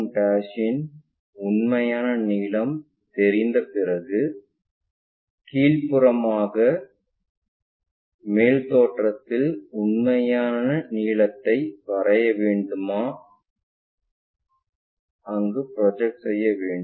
ab1 இன் உண்மையான நீளம் தெரிந்த பிறகு கீழ்ப்புறமாக எங்கு மேல் தோற்றத்தில் உண்மையான நிலத்தை வரைய வேண்டுமா அங்கு ப்ரொஜெக்ட் செய்ய வேண்டும்